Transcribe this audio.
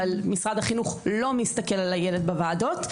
אבל משרד החינוך לא מסתכל על הילד בוועדות,